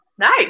Nice